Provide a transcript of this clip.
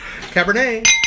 Cabernet